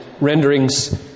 renderings